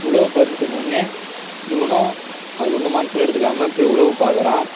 உளவு பாருன்னு சொன்னவட ன்னையே இவனும் அது ஒன்னும் மனசில் எடுத்துக்காமல் போய் உளவு பார்க்குறான்